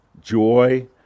Joy